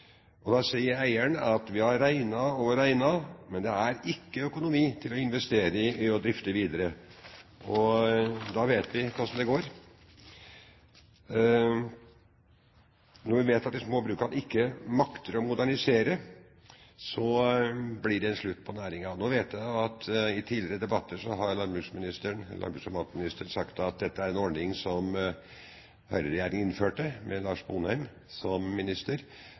sier eieren: «Vi har regnet og regnet, men det er ikke økonomi i å investere for videre drift.» Og da vet vi hvordan det går. Når vi vet at de små brukene ikke makter å modernisere, blir det slutt på næringen. Nå vet jeg jo at i tidligere debatter har landbruks- og matministeren sagt at dette er en ordning som en høyreregjering innførte, med Lars Sponheim som minister.